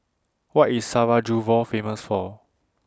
What IS Sarajevo Famous For